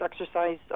exercise